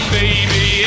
baby